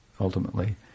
ultimately